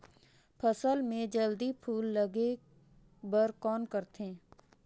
फसल मे जल्दी फूल लगे बर कौन करथे?